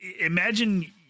Imagine